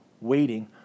waiting